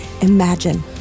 imagine